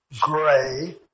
gray